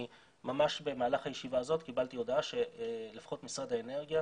אני ממש במהלך הישיבה הזאת קיבלתי הודעה שלפחות משרד האנרגיה